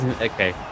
Okay